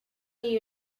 you